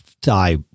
die